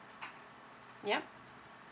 yup